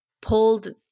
pulled